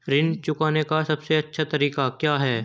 ऋण चुकाने का सबसे अच्छा तरीका क्या है?